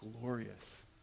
glorious